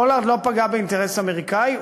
פולארד לא פגע באינטרס האמריקני,